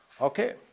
Okay